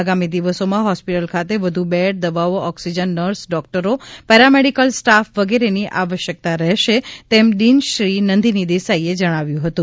આગામી દિવસોમાં હોસ્પિટલ ખાતે વધુ બેડ દવાઓ ઓક્સિજન નર્સ ડૉક્ટરો પેરામેડિકલ સ્ટાફ વગેરેની આવશ્યકતા રહેશે તેમ ડિનશ્રી નંદિની દેસાઈએ જણાવ્યું હતું